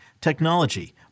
technology